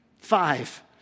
Five